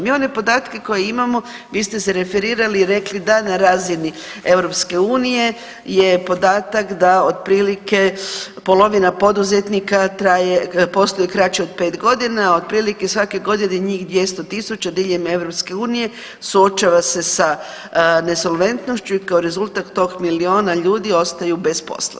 Mi ove podatke koje imamo vi ste se referirali i rekli da na razini EU je podatak da otprilike polovina poduzetnika postoji kraće od 5 godina, otprilike, svake godine njih 200 tisuća diljem EU suočava se sa nesolventnošću i kao rezultat tog milijuna ljudi ostaju bez posla.